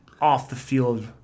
off-the-field